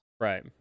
right